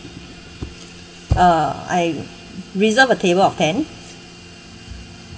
uh I reserved a table of ten